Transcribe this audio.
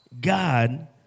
God